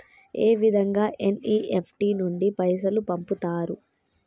ఏ విధంగా ఎన్.ఇ.ఎఫ్.టి నుండి పైసలు పంపుతరు?